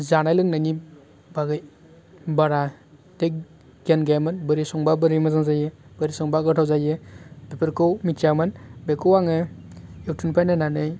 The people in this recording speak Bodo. जानाय लोंनायनि बागै बाराद्राय गियान गैयामोन बोरै संबा बोरै मोजां जायो बोरै संबा गोथाव जायो बेफोरखौ मिथियामोन बेखौ आङो इउटुबनिफ्राइ नायनानै